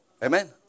Amen